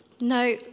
No